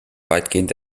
weitgehend